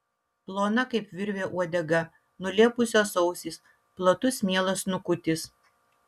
plona kaip virvė uodega nulėpusios ausys platus mielas snukutis